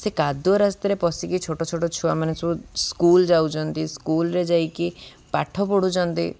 ସେ କାଦୁଅ ରାସ୍ତାରେ ପଶିକି ଛୋଟ ଛୋଟ ଛୁଆମାନେେ ସବୁ ସ୍କୁଲ୍ ଯାଉଛନ୍ତି ସ୍କୁଲରେ ଯାଇକି ପାଠ ପଢ଼ୁଛନ୍ତି